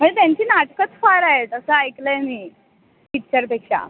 अरे त्यांची नाटकंच फार आहेत असं ऐकलं आहे मी पिच्चर पेक्षा